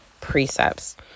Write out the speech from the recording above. precepts